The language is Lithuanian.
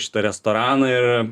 šitą restoraną ir